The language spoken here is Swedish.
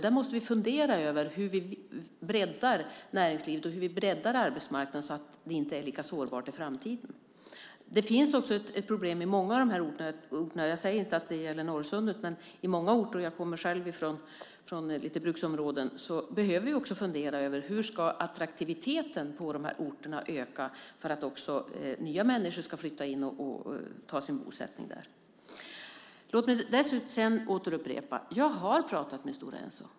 Där måste vi fundera över hur vi breddar näringslivet och arbetsmarknaden så att det inte är lika sårbart i framtiden. Det finns också ett annat problem i många av de här orterna - jag säger inte att det gäller Norrsundet. På många orter, och jag kommer själv från bruksområden, behöver vi också fundera på hur attraktiviteten i de här orterna ska öka så att också nya människor ska flytta in och bosätta sig där. Låt mig sedan upprepa: Jag har pratat med Stora Enso.